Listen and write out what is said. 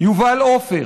יובל עופר,